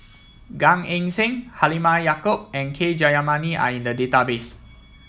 Gan Eng Seng Halimah Yacob and K Jayamani are in the database